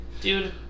dude